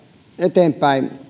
eteenpäin